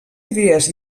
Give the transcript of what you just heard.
idees